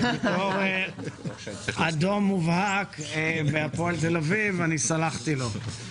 בתור אדום מובהק בהפועל תל אביב סלחתי לו.